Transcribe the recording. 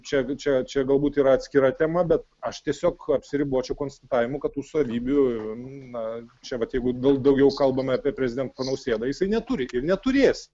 čia čia čia galbūt yra atskira tema bet aš tiesiog apsiribočiau konstatavimu kad tų savybių na čia vat jeigu daugiau kalbame apie prezidentą nausėdą jisai neturi ir neturės